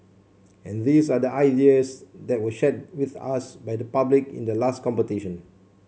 and these are the ideas that were shared with us by the public in the last competition